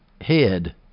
head